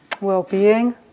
well-being